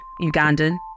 Ugandan